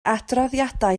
adroddiadau